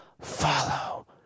follow